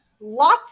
lots